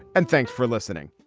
and thanks for listening